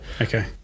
Okay